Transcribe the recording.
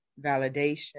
validation